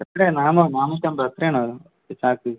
എത്രയാണ് നാന്നൂ നാന്നൂറ്റമ്പത് എത്രയാണ് വരുന്നത് ഒരു ചാക്ക്